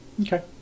Okay